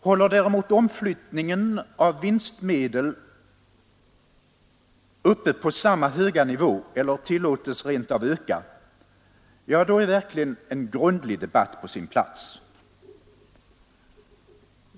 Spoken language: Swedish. Hålles däremot omflyttningen av vinstmedel uppe på samma höga nivå eller rent av tillåtes öka — ja, då är verkligen en grundlig debatt på sin plats.